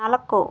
ನಾಲ್ಕು